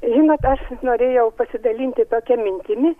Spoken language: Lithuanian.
žinot aš norėjau pasidalinti tokia mintimi